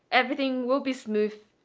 everything will be smooth,